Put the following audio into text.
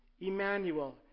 Emmanuel